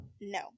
No